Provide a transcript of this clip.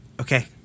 Okay